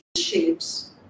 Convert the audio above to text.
shapes